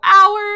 hours